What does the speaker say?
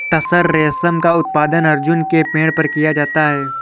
तसर रेशम का उत्पादन अर्जुन के पेड़ पर किया जाता है